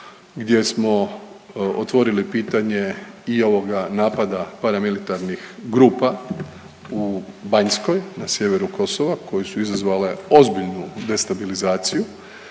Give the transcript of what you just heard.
gdje smo otvorili pitanje i ovoga napada paramilitarnih grupa u Banjskoj na sjeveru Kosova koje su izazvale ozbiljnu destabilizaciju